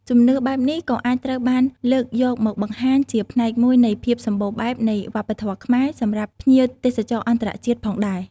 ជំនឿបែបនេះក៏អាចត្រូវបានលើកយកមកបង្ហាញជាផ្នែកមួយនៃភាពសម្បូរបែបនៃវប្បធម៌ខ្មែរសម្រាប់ភ្ញៀវទេសចរអន្តរជាតិផងដែរ។